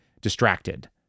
distracted